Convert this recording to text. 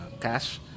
cash